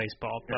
baseball